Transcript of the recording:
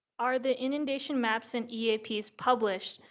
are the inundation maps and eaps published?